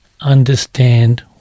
understand